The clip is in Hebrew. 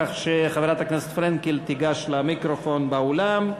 כך שחברת הכנסת פרנקל תיגש למיקרופון באולם,